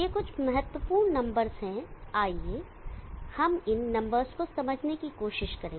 ये कुछ महत्वपूर्ण नंबर्स हैं और आइए हम इन नंबर्स को समझने की कोशिश करें